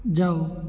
ਜਾਓ